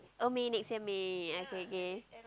oh May next year May okay K